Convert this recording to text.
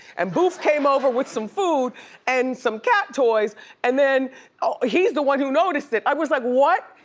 and boof came over with some food and some cat toys and then ah he's the one who noticed it. i was like what?